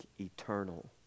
eternal